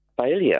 failure